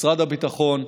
משרד הביטחון,